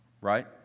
right